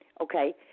Okay